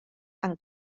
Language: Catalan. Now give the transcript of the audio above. amb